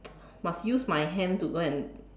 must use my hand to go and